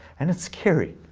and it's scary.